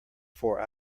four